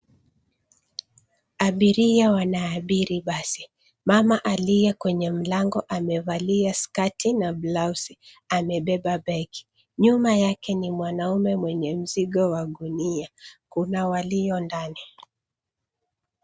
Abiria wanaabiri basi. Mama aliye kwenye mlango amevalia skati na blausi amebeba begi. Nyuma yake ni mwanaume mwenye mzigo wa gunia. Kuna walio ndani.